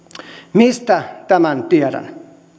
mistä tämän tiedän